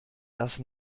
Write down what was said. das